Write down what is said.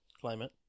climate